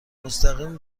مستقیم